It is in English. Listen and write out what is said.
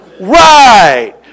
Right